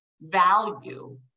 value